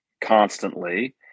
constantly